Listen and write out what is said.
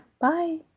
bye